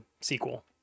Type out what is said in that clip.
sequel